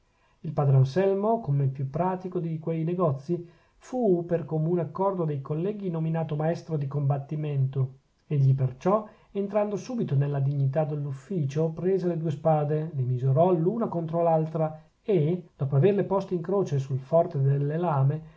il padre anselmo come più pratico di quei negozi fu per comune accordo dei colleghi nominato maestro di combattimento egli perciò entrando subito nella dignità dell'ufficio prese le due spade le misurò l'una contro l'altra e dopo averle poste in croce sul forte delle lame